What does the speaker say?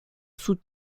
sous